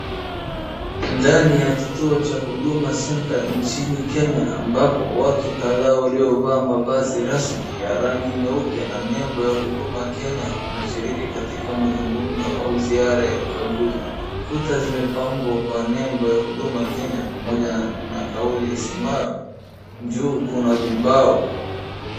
Ndani ya kituo cha huduma centre nchini Kenya ambapo watu kadhaa waliovaa mavazi ya rasmi ya rangi nyeupe na nembo ya huduma Kenya wanashiriki katika mazungumzo au ziara ya ukaguzi. Kuta zimepambwa kwa nembo ya huduma Kenya pamoja na kauli isemayo, juu kuna vibao.